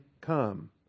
come